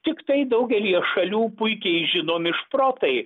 tiktai daugelyje šalių puikiai žinomi šprotai